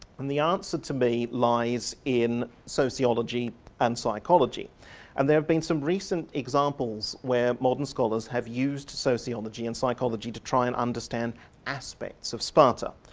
the answer to me lies in sociology and psychology and there have been some recent examples where modern scholars have used sociology and psychology to try and understand aspects of sparta.